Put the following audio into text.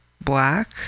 black